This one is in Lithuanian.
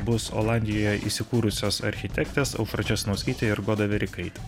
bus olandijoje įsikūrusios architektės aušra česnauskytė ir goda verikaitė